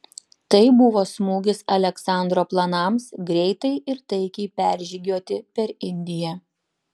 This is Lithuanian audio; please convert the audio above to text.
tai buvo smūgis aleksandro planams greitai ir taikiai peržygiuoti per indiją